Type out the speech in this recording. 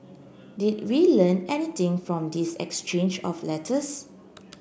did we learn anything from this exchange of letters